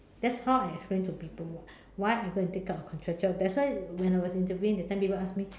that's how I explain to people [what] why I go and take up a contract job that's why when I was interviewing that time people ask me